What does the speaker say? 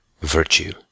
virtue